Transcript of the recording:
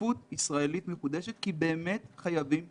שותפות ישראלית מחודשת כי באמת חייבים שותפות.